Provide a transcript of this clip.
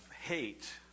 hate